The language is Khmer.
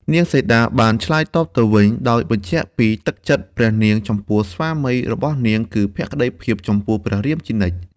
នាងសីតាបាន ឆ្លើយតបទៅវិញ ដោយបញ្ជាក់ពីទឹកចិត្តព្រះនាង ចំពោះស្វាមីរបស់នាង គឺ ភក្តីភាពចំពោះព្រះរាមជានិច្ច។